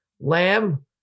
Lamb